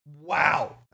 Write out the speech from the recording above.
wow